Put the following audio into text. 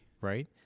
Right